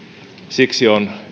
siksi on